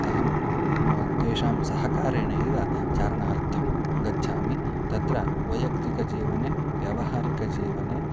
अहं तेषां सहकारेणैव चारणार्थं गच्छामि तत्र वैयक्तिकजीवने व्यावहारिकजीवने